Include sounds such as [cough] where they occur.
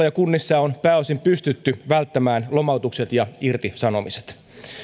[unintelligible] ja kunnissa on pääosin pystytty välttämään lomautukset ja irtisanomiset